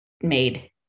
made